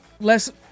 Less